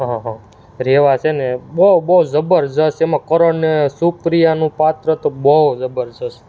હં હં રેવા છે ને બહુ બહુ જબરજસ્ત એમાં કરણ અને સુપ્રીયાનું પાત્ર તો બહુ જબરજસ્ત